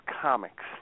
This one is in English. comics